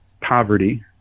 poverty